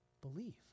Believe